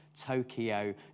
Tokyo